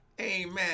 Amen